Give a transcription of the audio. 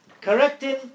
Correcting